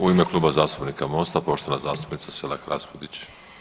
U ime Kluba zastupnika Mosta, poštovana zastupnica Selak Raspudić.